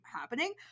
happening